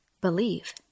believe